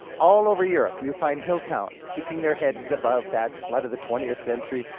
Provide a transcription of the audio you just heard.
all over europe you find hill towns keeping their heads above that flood of the twentieth century,